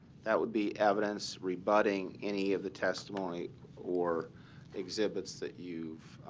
that would be evidence rebutting any of the testimony or exhibits that you've